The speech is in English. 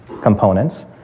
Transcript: components